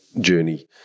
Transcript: journey